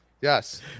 Yes